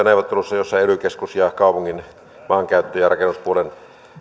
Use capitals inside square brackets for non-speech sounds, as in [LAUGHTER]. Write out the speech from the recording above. [UNINTELLIGIBLE] neuvotteluissa joissa ely keskus ja kaupungin maankäyttö ja rakennuspuolen